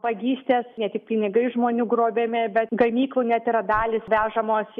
vagystės ne tik pinigai žmonių grobiami bet ganyklų net yra dalys vežamos